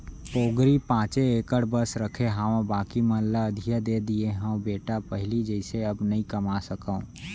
पोगरी पॉंचे एकड़ बस रखे हावव बाकी मन ल अधिया दे दिये हँव बेटा पहिली जइसे अब नइ कमा सकव